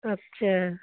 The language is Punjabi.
ਅੱਛਾ